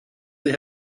they